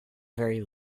very